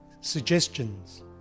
suggestions